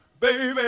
baby